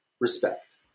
Respect